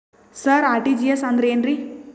ಸರ RTGS ಅಂದ್ರ ಏನ್ರೀ?